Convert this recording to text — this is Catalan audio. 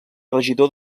regidor